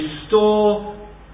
Restore